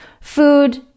food